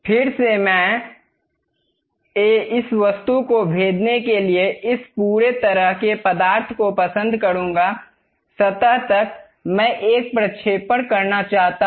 फिर से मैं इस वस्तु को भेदने के लिए इस पूरे तरह के पदार्थ को पसंद करूंगा सतह तक मैं एक प्रक्षेपण करना चाहता हूं